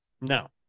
No